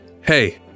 Hey